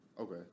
Okay